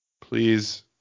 Please